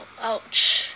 o~ !ouch!